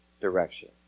direction